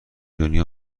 دنیا